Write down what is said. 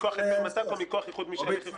מכוח היתר מת"ק או מכוח איחוד משפחות.